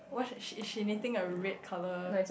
what she she knitting a red color